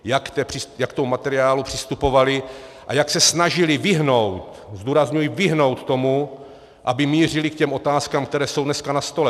Jak k tomu materiálu přistupovaly a jak se snažily vyhnout zdůrazňuji vyhnout tomu, aby mířily k těm otázkám, které jsou dneska na stole.